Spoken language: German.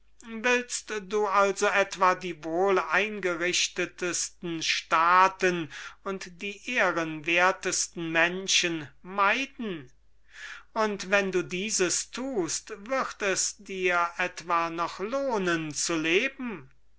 willst du also etwa die wohleingerichtetsten staaten und die ehrenwertesten menschen meiden und wenn du dieses tust wird es dir etwa noch lohnen zu leben